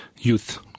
youth